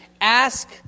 Ask